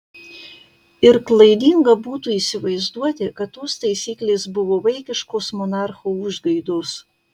ir klaidinga būtų įsivaizduoti kad tos taisyklės buvo vaikiškos monarcho užgaidos